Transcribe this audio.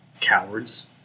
cowards